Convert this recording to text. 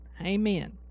Amen